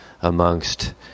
amongst